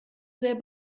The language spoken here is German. sehr